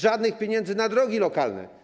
Żadnych pieniędzy na drogi lokalne.